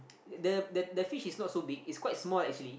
the the the fish is not so big it's quite small actually